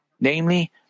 Namely